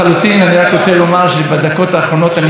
שר האנרגיה יובל שטייניץ: יהודה,